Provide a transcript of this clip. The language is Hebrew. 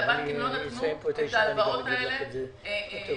כי הבנקים לא נתנו את ההלוואות האלה מלכתחילה.